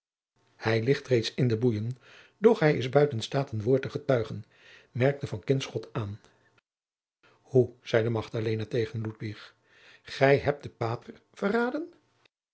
hij ligt reeds in boeien doch hij is buiten staat een woord te getuigen merkte van kinschot aan hoe zeide magdalena tegen ludwig gij hebt den pater verraden